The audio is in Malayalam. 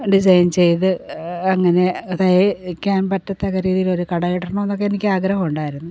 കണ്ട് ചെയ്ഞ്ച് ചെയ്ത് അങ്ങനെ തയ്ക്കാൻ പറ്റത്തക്ക രീതിയിൽ ഒരു കടയിടണം എന്നൊക്കെ എനിക്ക് ആഗ്രഹമുണ്ടായിരുന്നു